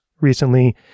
recently